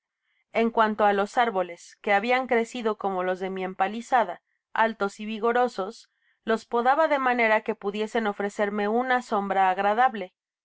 en cuanto á los árboles que habian crecido como los de mi empalizada altos y vigorosos los podaba de manera que pudiesen ofrecerme una sombra agradable